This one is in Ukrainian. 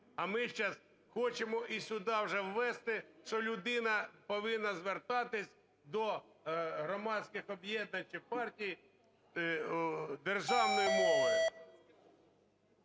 А ми зараз хочемо і сюди вже ввести, що людина повинна звертатись до громадських об'єднань чи партій державною мовою.